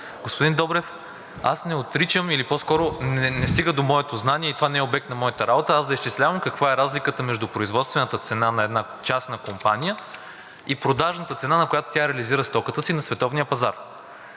Господин Добрев, аз не отричам или по-скоро не стига до моето знание и това не е обект на моята работа аз да изчислявам каква е разликата между производствената цена на една частна компания и продажната цена, на която тя реализира стоката си на световния пазар.